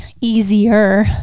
easier